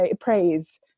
praise